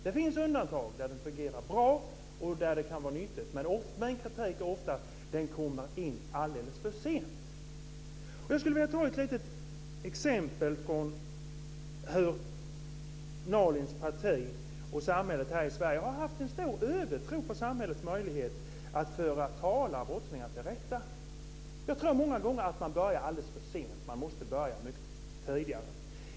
Det finns undantag då den fungerar bra, och där den kan vara nyttig. Men min kritik är oftast att den kommer in alldeles för sent. Jag skulle vilja ge ett litet exempel på att Nalins parti och samhället här i Sverige har haft en övertro på samhällets möjlighet att tala brottslingar till rätta. Jag tror många gånger att man börjar alldeles för sent. Man måste börja mycket tidigare.